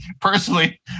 personally